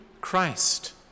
Christ